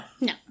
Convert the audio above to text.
No